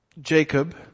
Jacob